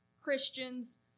Christians